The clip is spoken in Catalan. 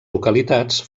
localitats